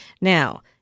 Now